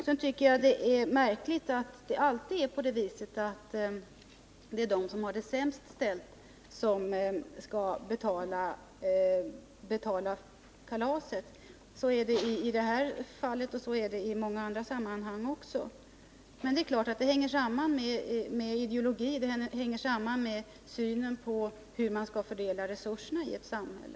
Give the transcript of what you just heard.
Sedan tycker jag det är märkligt att det alltid är de som har det sämst ställt som skall betala kalaset. Så är det i det här fallet och så är det i många andra sammanhang också. Men det är klart att det hänger samman med ideologi, det hänger samman med synen på hur man skall fördela resurserna i ett samhälle.